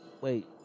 wait